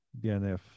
DNF